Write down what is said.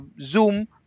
Zoom